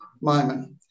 moment